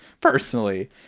personally